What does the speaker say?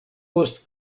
post